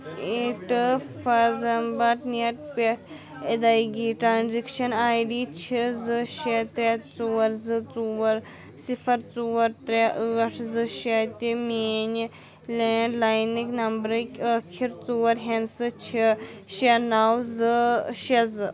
پٮ۪ٹھ اِدایگی transaction I D چھِ زٕ شےٚ ترٛےٚ ژور زٕ ژور صِفر ژور ترٛےٚ ٲٹھ زٕ شےٚ تہِ میٛانہِ لینٛڈ لاینٕکۍ نمبرٕکۍ ٲخِر ژور ہِنٛدسہٕ چھِ شےٚ نَو زٕ شےٚ زٕ